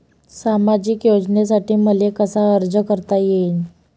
सामाजिक योजनेसाठी मले कसा अर्ज करता येईन?